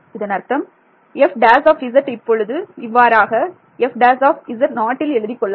இதன் அர்த்தம் f′z இப்பொழுது இவ்வாறாக f′ல் எழுதிக் கொள்ளலாம்